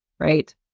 Right